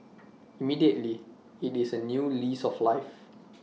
immediately IT is A new lease of life